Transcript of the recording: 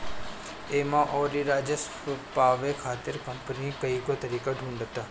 एमे अउरी राजस्व पावे खातिर कंपनी कईगो तरीका ढूंढ़ता